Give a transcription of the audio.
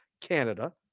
Canada